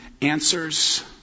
answers